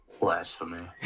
Blasphemy